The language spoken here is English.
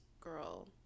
girl